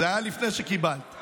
זה היה לפני שקיבלת.